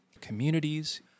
communities